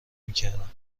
میکردم